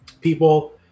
people